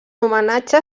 homenatge